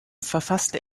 verfasste